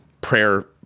prayer